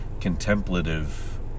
contemplative